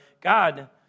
God